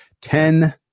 Ten